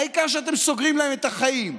העיקר שאתם סוגרים להם את החיים.